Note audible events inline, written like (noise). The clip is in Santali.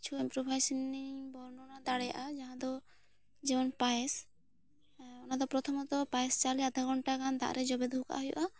ᱠᱤᱪᱷᱩ ᱮᱢᱯᱨᱚᱵᱷᱟᱭᱥᱱᱤᱝ (unintelligible) ᱵᱚᱨᱱᱚᱱ ᱫᱟᱲᱮᱭᱟᱜᱼᱟ ᱡᱟᱦᱟᱸ ᱫᱚ ᱡᱚᱢᱚᱱ ᱯᱟᱭᱮᱥ ᱚᱱᱟ ᱫᱚ ᱯᱨᱚᱛᱷᱚᱢᱚᱛᱚ ᱯᱟᱭᱮᱥ ᱪᱟᱣᱞᱮ ᱟᱫᱷᱟ ᱜᱷᱚᱱᱴᱟ ᱜᱟᱱ ᱫᱟᱜ ᱨᱮ ᱡᱚᱵᱮ ᱫᱚᱦᱚ ᱠᱟᱜ ᱦᱩᱭᱩᱜᱼᱟ ᱟᱨ (unintelligible)